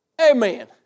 Amen